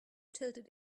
tilted